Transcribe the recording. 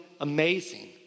amazing